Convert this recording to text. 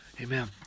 Amen